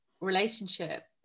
relationship